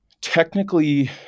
Technically